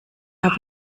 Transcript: habe